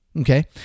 Okay